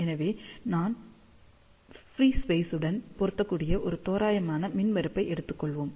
எனவே நாம் ஃப்ரீ ஸ்பேசுடன் பொருந்தக்கூடிய ஒரு தோராயமான மின்மறுப்பை எடுத்துக் கொள்வோம்